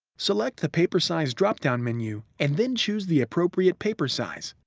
select the paper size drop-down menu and then choose the appropriate paper size.